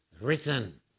written